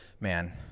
man